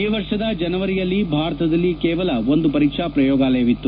ಈ ವರ್ಷದ ಜನವರಿಯಲ್ಲಿ ಭಾರತದಲ್ಲಿ ಕೇವಲ ಒಂದು ಪರೀಕ್ಷಾ ಪ್ರಯೋಗಾಲಯವಿತ್ತು